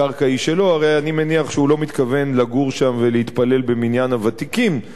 הרי אני מניח שהוא לא מתכוון לגור שם ולהתפלל במניין הוותיקין בבית-אל.